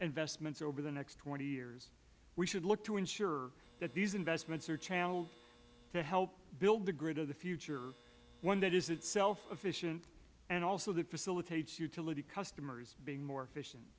investments over the next twenty years we should look to ensure that these investments are channeled to help build the good of the future one that is itself efficient and that also facilitates utility customers being more efficient